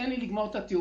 תן לי לגמור את הטיעון.